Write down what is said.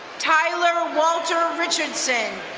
tyler walter richardson.